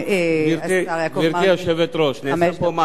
נעשה פה מעשה שלא ייעשה על-ידי מזכירות הממשלה,